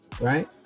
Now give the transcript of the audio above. right